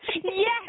Yes